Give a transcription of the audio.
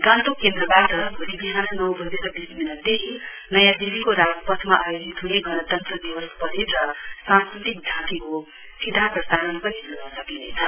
गान्तोक केन्द्रवाट भोलि विहान नौ वजेर वीस मिनट देखी नयाँ दिल्लीका राजपथमा आयोजित हुने गणतन्त्र दिवस परेड र सांस्कृतिक झाँकीको सीधा प्रसारण पनि सुन्न सकिनेछ